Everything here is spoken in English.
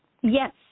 Yes